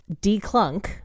declunk